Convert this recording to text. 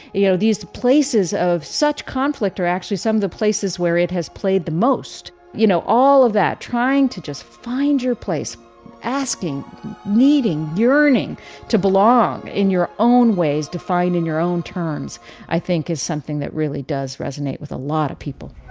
you know these places of such conflict are actually some of the places where it has played the most you know all of that trying to just find your place asking meeting your earning to belong in your own ways defined in your own terms i think is something that really does resonate with a lot of people.